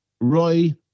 Roy